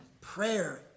prayer